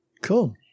Cool